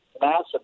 massive